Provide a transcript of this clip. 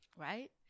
right